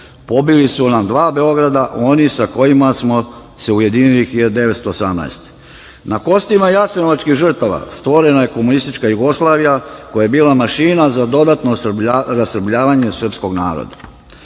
Pobili su nam dva Beograda oni sa kojima smo se ujedinili 1918.Na kostima jasenovačkih žrtava stvorena je komunistička Jugoslavija koja je bila mašina za dodatno rasrbljavanje srpskog naroda.